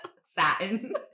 Satin